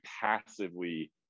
passively